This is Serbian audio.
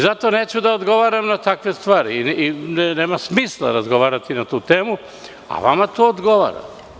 Zato neću da odgovaram na takve stvari i nema smisla razgovarati na tu temu, a vama to odgovara.